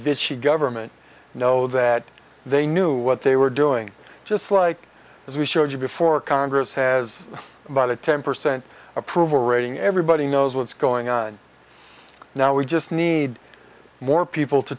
vinci government know that they knew what they were doing just like as we showed you before congress has about a ten percent approval rating everybody knows what's going on now we just need more people to